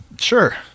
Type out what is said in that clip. Sure